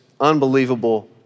unbelievable